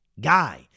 guy